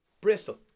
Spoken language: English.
Bristol